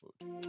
food